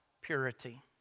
purity